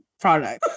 product